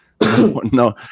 No